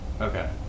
Okay